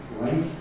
life